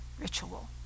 ritual